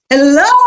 Hello